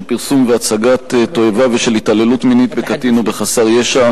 פרסום והצגת תועבה ושל התעללות מינית בקטין או בחסר ישע),